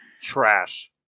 Trash